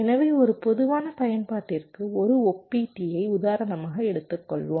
எனவே ஒரு பொதுவான பயன்பாட்டிற்கு ஒரு ஒப்பீட்டீயை உதாரணமாக எடுத்துக்கொள்வோம்